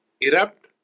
erupt